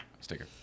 sticker